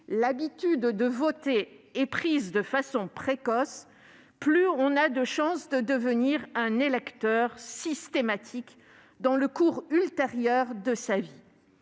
l'habitude de voter est prise de façon précoce, plus on a de chances de devenir un électeur systématique dans le cours ultérieur de sa vie.